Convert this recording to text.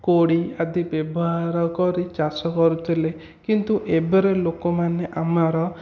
କୋଡ଼ି ଆଦି ବ୍ୟବହାର କରି ଚାଷ କରୁଥିଲେ କିନ୍ତୁ ଏବେର ଲୋକମାନେ ଆମର